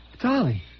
Dolly